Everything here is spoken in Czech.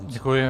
Děkuji.